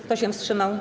Kto się wstrzymał?